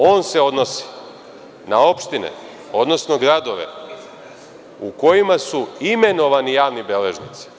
On se odnosi na opštine, odnosno gradove u kojima su imenovani javni beležnici.